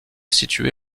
situé